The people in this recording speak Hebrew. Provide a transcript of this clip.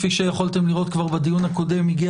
כפי שיכולתם לראות כבר בדיון הקודם הגיע